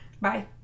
Bye